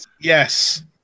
yes